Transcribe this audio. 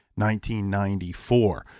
1994